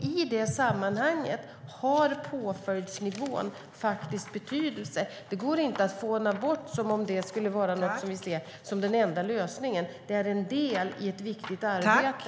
I det sammanhanget har påföljdsnivån faktiskt betydelse. Det går inte att fåna bort som om det skulle vara någonting som vi ser som den enda lösningen. Det är en del i ett viktigt arbete.